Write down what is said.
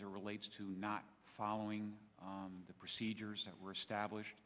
a relates to not following the procedures that were established